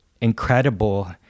incredible